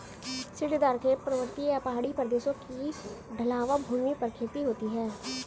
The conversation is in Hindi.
सीढ़ीदार खेत, पर्वतीय या पहाड़ी प्रदेशों की ढलवां भूमि पर खेती होती है